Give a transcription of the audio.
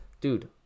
dude